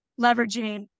leveraging